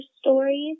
stories